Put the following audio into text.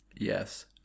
Yes